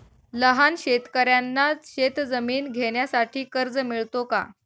लहान शेतकऱ्यांना शेतजमीन घेण्यासाठी कर्ज मिळतो का?